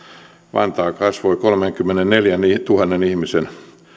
vantaa kasvoi kolmenkymmenenneljäntuhannen ihmisen